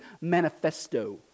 Manifesto